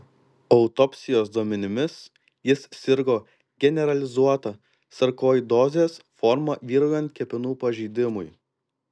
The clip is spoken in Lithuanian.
autopsijos duomenimis jis sirgo generalizuota sarkoidozės forma vyraujant kepenų pažeidimui